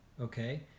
okay